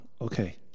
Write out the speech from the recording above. Okay